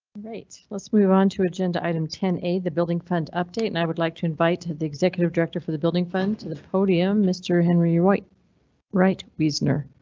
let's move on to agenda item ten a. the building fund update and i would like to invite to the executive director for the building fund to the podium. mr henry wright reitwiesner